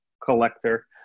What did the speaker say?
collector